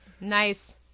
Nice